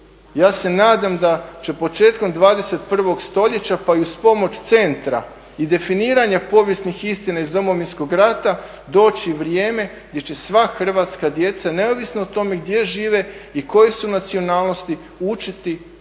Ja se nadam da će početkom 21. stoljeća pa i uz pomoć centra i definiranja povijesnih istina iz Domovinskog rata doći vrijeme gdje će sva hrvatska djeca neovisno o tome gdje žive i koje su nacionalnosti učiti